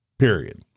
Period